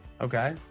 Okay